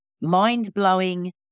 mind-blowing